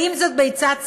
אם זאת ביצת סככה,